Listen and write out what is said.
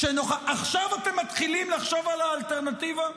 עכשיו אתם מתחילים לחשוב על האלטרנטיבה?